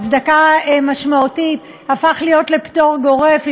הצדקה משמעותית, הפך להיות פטור גורף.